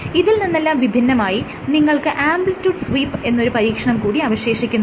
ഇതിൽ നിന്നെല്ലാം വിഭിന്നമായി നിങ്ങൾക്ക് ആംപ്ലിട്യൂഡ് സ്വീപ്പ് എന്നൊരു പരീക്ഷണം കൂടി അവശേഷിക്കുന്നുണ്ട്